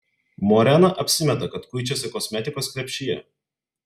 morena apsimeta kad kuičiasi kosmetikos krepšyje